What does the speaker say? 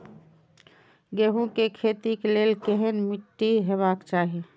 गेहूं के खेतीक लेल केहन मीट्टी हेबाक चाही?